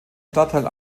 stadtteil